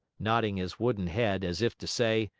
nodding his wooden head, as if to say,